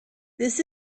this